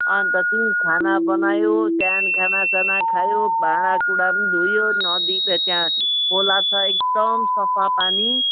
अन्त त्यहीँ खाना बनायो त्यहाँदेखि खानासाना खायो भाँडाकुँडा पनि धुयो नदी छ त्यहाँ खालो छ एकदम सफा पानी